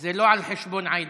זה לא על חשבון עאידה.